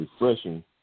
refreshing